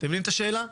מבינים את השאלה?